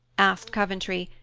asked coventry,